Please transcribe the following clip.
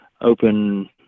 open